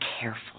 careful